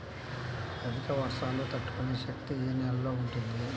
అధిక వర్షాలు తట్టుకునే శక్తి ఏ నేలలో ఉంటుంది?